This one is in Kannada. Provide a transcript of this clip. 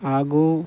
ಹಾಗೂ